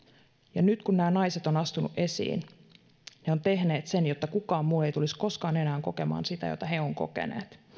ja nyt kun nämä naiset ovat astuneet esiin he ovat tehneet sen jotta kukaan muu ei tulisi koskaan enää kokemaan sitä mitä he ovat kokeneet